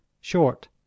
short